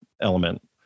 element